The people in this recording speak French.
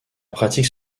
pratique